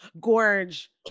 gorge